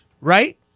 right